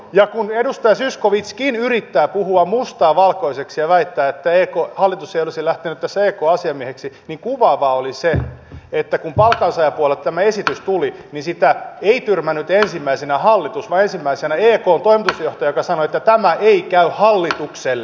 ja kun edustaja zyskowiczkin yrittää puhua mustaa valkoiseksi ja väittää että hallitus ei olisi lähtenyt tässä ekn asiamieheksi niin kuvaavaa oli se että kun palkansaajapuolelta tämä esitys tuli niin sitä ei tyrmännyt ensimmäisenä hallitus vaan ekn toimitusjohtaja joka sanoi että tämä ei käy hallitukselle